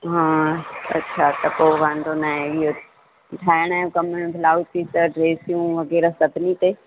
हा अच्छा त पोइ वांधो न आहे इहा ठाहिण जो कमु ब्लाउज़ सूट ड्रेसियूं वग़ैरह सभिनी ते